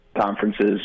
conferences